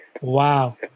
wow